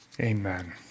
Amen